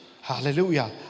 hallelujah